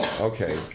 Okay